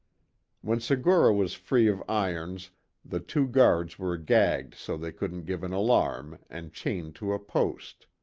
when segura was free of irons the two guards were gagged so they couldn't give an alarm, and chained to a post.